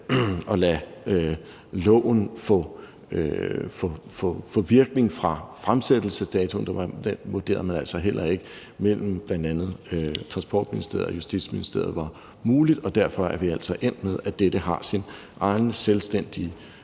at lade loven få virkning fra fremsættelsesdatoen. Det vurderede man, bl.a. Transportministeriet og Justitsministeriet, altså heller ikke var muligt, og derfor er vi altså endt med, at dette har sin egen selvstændige